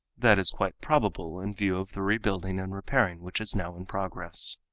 that is quite probable in view of the rebuilding and repairing which is now in progress.